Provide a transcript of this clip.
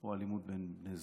או אלימות בין בני זוג,